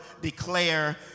declare